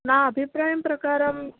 నా అభిప్రాయం ప్రకారం